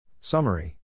Summary